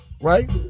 right